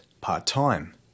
part-time